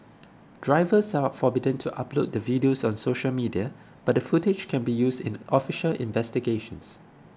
drivers are forbidden to upload the videos on social media but the footage can be used in official investigations